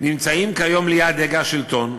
נמצאים כיום ליד הגה השלטון,